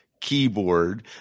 keyboard